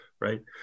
right